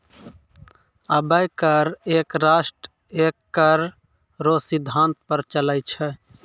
अबै कर एक राष्ट्र एक कर रो सिद्धांत पर चलै छै